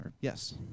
Yes